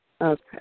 Okay